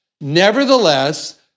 nevertheless